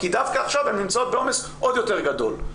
כי דווקא עכשיו הן נמצאות בעומס עוד יותר גדול.